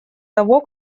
того